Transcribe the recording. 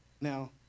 Now